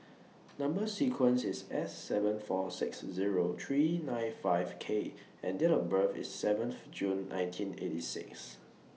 Number sequence IS S seven four six Zero three nine five K and Date of birth IS seventh June nineteen eighty six